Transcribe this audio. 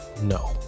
No